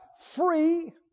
Free